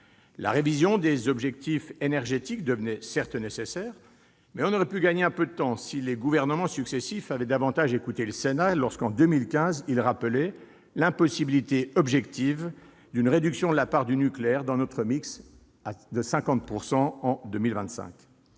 La révision des objectifs énergétiques devenait certes nécessaire, mais nous aurions pu gagner un peu de temps si les gouvernements successifs avaient davantage écouté le Sénat, qui, dès 2015, a souligné l'impossibilité objective d'une réduction de la part du nucléaire à 50 % dans notre mix en 2025.